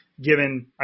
given